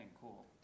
Cool